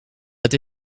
het